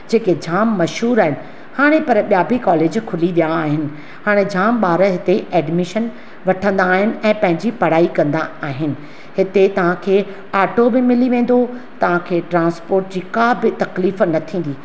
जेके जामु मशहूरु आहिनि हाणे पर ॿिया बि कॉलेज खुली विया आहिनि हाणे जामु ॿार हिते एड्मिशन वठंदा आहिनि ऐं पंहिंजी पढ़ाई कंदा आहिनि हिते तव्हांखे ऑटो बि मिली वेंदो तव्हांखे ट्रांस्पोर्ट जी का बि तकलीफ़ु न थींदी